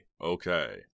okay